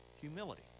Humility